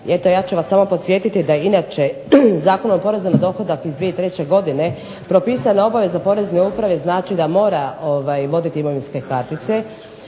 ja ću vas samo podsjetiti da inače Zakon o porezu na dohodak iz 2003. propisana obveza Poreznoj upravi znači da mora voditi imovinske kartice,